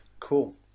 Cool